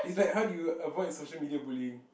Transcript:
is like how do you avoid social media bullying